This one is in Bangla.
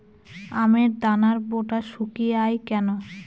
আমের দানার বোঁটা শুকিয়ে য়ায় কেন?